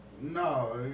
No